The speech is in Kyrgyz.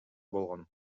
болгон